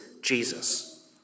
Jesus